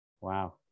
Wow